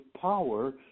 power